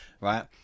Right